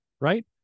Right